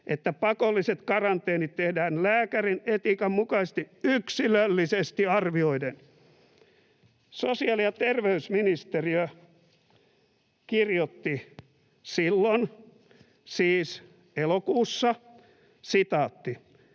voidaan soveltaa — ”tehdään lääkärin etiikan mukaisesti yksilöllisesti arvioiden.” Sosiaali- ja terveysministeriö kirjoitti silloin, siis elokuussa: ”Henkilö